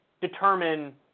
determine